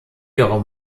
ihrer